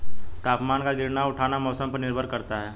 तापमान का गिरना उठना मौसम पर निर्भर करता है